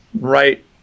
right